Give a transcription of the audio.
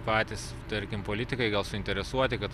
patys tarkim politikai gal suinteresuoti kad